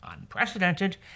unprecedented